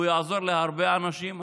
הוא יעזור להרבה אנשים.